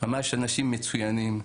ממש אנשים מצוינים,